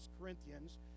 Corinthians